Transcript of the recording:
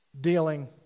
dealing